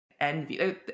envy